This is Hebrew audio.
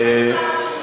ואין שר משיב,